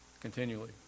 Continually